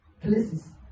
places